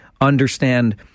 understand